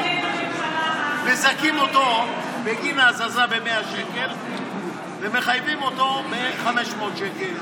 מזכים אותו בגין ההזזה ב-100 שקל ומחייבים אותו ב-500 שקל.